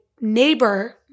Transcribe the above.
neighbor